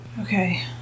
Okay